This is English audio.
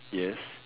yes